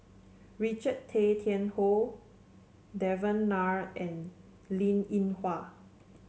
Richard Tay Tian Hoe Devan Nair and Linn In Hua